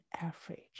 average